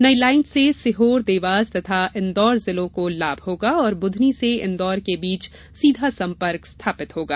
नई लाईन से सिहोर देवास तथा इंदौर जिलों को लाम होगा और बुधनी से इंदौर के बीच सीघा संपर्क स्थापित होगा